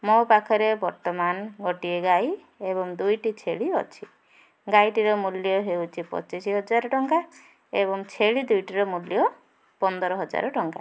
ମୋ ପାଖରେ ବର୍ତ୍ତମାନ ଗୋଟିଏ ଗାଈ ଏବଂ ଦୁଇଟି ଛେଳି ଅଛି ଗାଈଟିର ମୂଲ୍ୟ ହେଉଛି ପଚିଶ ହଜାର ଟଙ୍କା ଏବଂ ଛେଳି ଦୁଇଟିର ମୂଲ୍ୟ ପନ୍ଦର ହଜାର ଟଙ୍କା